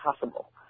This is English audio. possible